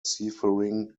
seafaring